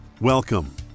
Welcome